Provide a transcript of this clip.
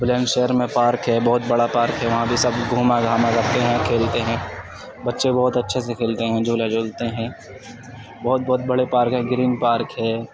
بلند شہر میں پارک ہے بہت بڑا پارک ہے وہاں بھی سبھی گھوما گھاما کرتے ہیں کھیلتے ہیں بچے بہت اچھے سے کھیلتے ہیں جھولا جھولتے ہیں بہت بہت بڑے پارک ہیں گرین پارک ہے